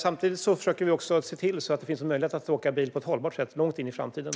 Samtidigt försöker vi alltså se till att det finns en möjlighet att åka bil på ett hållbart sätt långt in i framtiden.